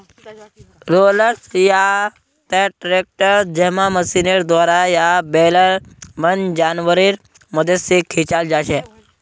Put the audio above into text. rollers या त tractor जैमहँ मशीनेर द्वारा या बैलेर मन जानवरेर मदद से खींचाल जाछे